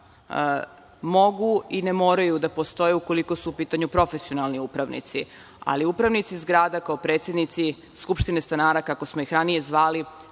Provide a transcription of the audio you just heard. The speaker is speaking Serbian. mogu i ne moraju da postoje ukoliko su u pitanju profesionalni upravnici, ali upravnici zgrada kao predsednici skupštine stanara, kako smo ih ranije zvali,